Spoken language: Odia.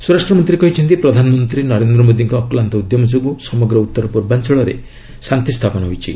ସ୍ୱରାଷ୍ଟ୍ର ମନ୍ତ୍ରୀ କହିଛନ୍ତି ପ୍ରଧାନମନ୍ତ୍ରୀ ନରେନ୍ଦ୍ର ମୋଦୀଙ୍କ ଅକ୍ଲାନ୍ତ ଉଦ୍ୟମ ଯୋଗୁଁ ସମଗ୍ର ଉତ୍ତର ପୂର୍ବାଞ୍ଚଳରେ ଶାନ୍ତି ସ୍ଥାପନ ହୋଇଛି